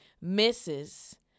misses